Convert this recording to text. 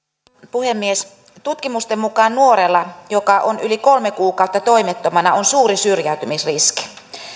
puhemies tutkimusten mukaan nuorella joka on yli kolme kuukautta toimettomana on suuri syrjäytymisriski